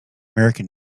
american